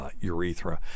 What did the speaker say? urethra